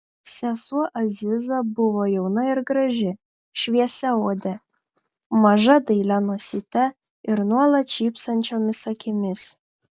sesuo aziza buvo jauna ir graži šviesiaodė maža dailia nosyte ir nuolat šypsančiomis akimis